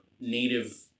native